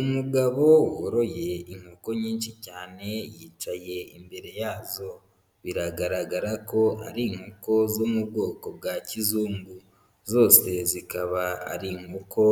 Umugabo woroye inkoko nyinshi cyane yicaye imbere yazo, biragaragara ko ari inkoko zo mu bwoko bwa kizungu, zose zikaba ari inkoko